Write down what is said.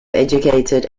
educated